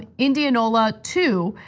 ah indianola two,